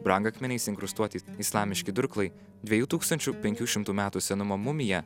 brangakmeniais inkrustuoti islamiški durklai dviejų tūkstančių penkių šimtų metų senumo mumija